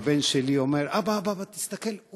והבן שלי אומר: אבא, אבא, אבא, תסתכל.